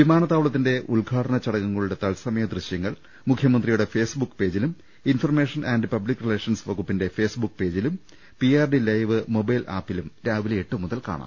വിമാനത്താവളത്തിന്റെ ഉദ്ഘാടന ചടങ്ങുകളുടെ തത്സ മയ ദൃശ്യങ്ങൾ മുഖ്യമന്ത്രിയുടെ ഫേസ്ബുക്ക് പേജിയും ഇൻഫർമേഷൻ പബ്ലിക് റിലേഷൻസ് വകുപ്പിന്റെ ഫേസ്ബു ക്ക് പേജിലും P R D live mobile ആപിലും രാവിലെ എട്ട് മുതൽ കാണാം